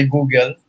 Google